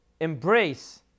embrace